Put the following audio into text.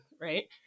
right